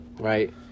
right